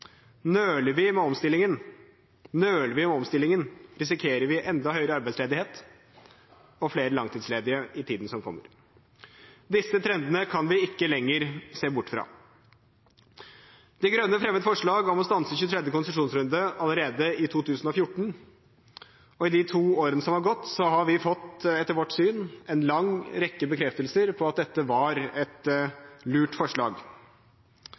Nøler vi med omstillingen, risikerer vi enda høyere arbeidsledighet og flere langtidsledige i tiden som kommer. Disse trendene kan vi ikke lenger se bort fra. De Grønne fremmet forslag om å stanse 23. konsesjonsrunde allerede i 2014. I de to årene som har gått, har vi – etter vårt syn – fått en lang rekke bekreftelser på at dette var et lurt forslag.